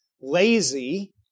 lazy